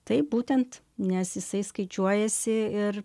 taip būtent nes jisai skaičiuojasi ir